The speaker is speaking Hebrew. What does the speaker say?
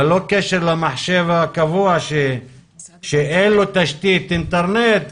ללא קשר למחשב הקבוע שאין לו תשתית אינטרנט,